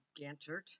Gantert